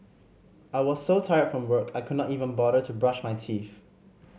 I was so tired from work I could not even bother to brush my teeth